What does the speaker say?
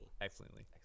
Excellently